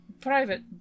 private